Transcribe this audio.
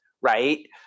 right